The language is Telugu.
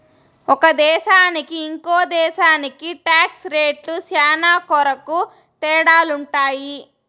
ఒక దేశానికి ఇంకో దేశానికి టాక్స్ రేట్లు శ్యానా కొరకు తేడాలుంటాయి